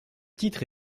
titre